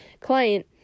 Client